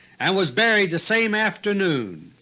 and was buried the same afternoon.